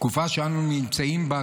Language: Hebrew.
בתקופה שאנו נמצאים בה,